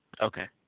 Okay